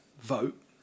vote